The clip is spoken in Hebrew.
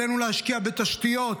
עלינו להשקיע בתשתיות,